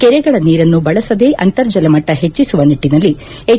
ಕೆರೆಗಳ ನೀರನ್ನು ಬಳಸದೇ ಅಂತರಜಲ ಮಟ್ಟ ಹೆಚ್ಚಿಸುವ ನಿಟ್ಟನಲ್ಲಿ ಹೆಚ್